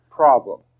problem